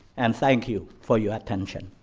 and thank you for your attention.